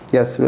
Yes